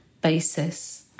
basis